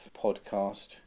podcast